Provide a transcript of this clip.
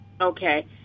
Okay